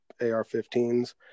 ar-15s